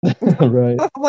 right